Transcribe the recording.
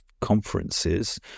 conferences